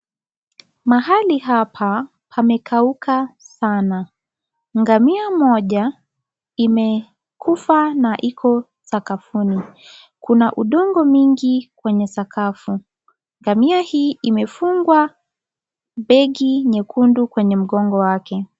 Mahali hapa pamekauka sana. Ngamia moja imekufa na iko sakafuni. Kuna udongo mingi kwenye sakafu. Ngamia hii imefungwa begi nyekundu kwenye mgongo wake.